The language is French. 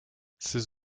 ces